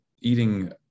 eating